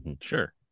sure